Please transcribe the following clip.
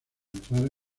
entrar